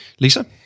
Lisa